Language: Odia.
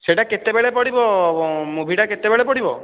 ସେଇଟା କେତେବେଳେ ପଡ଼ିବ ମୁଭିଟା କେତେବେଳେ ପଡ଼ିବ